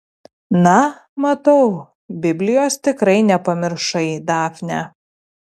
na matau biblijos tikrai nepamiršai dafne